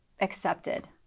accepted